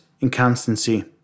inconstancy